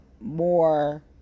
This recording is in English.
more